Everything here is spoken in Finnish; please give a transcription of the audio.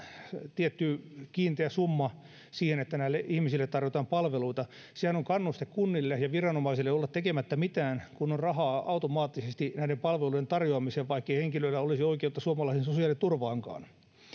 tietty kiinteä summa siihen että näille ihmisille tarjotaan palveluita sehän on kannuste kunnille ja viranomaisille olla tekemättä mitään kun on rahaa automaattisesti näiden palveluiden tarjoamiseen vaikkei henkilöillä olisi oikeutta suomalaiseen sosiaaliturvaankaan ja